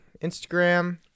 Instagram